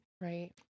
Right